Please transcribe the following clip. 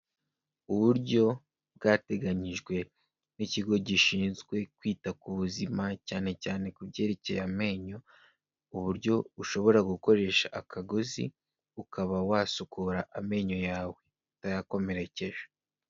Uburyo bwateganyijwe n'ikigo gishinzwe kwita ku buzima cyane cyane ku byerekeye amenyo, uburyo ushobora gukoresha akagozi, ukaba wasukura amenyo yawe, utayakomerekeje.